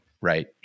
right